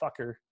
fucker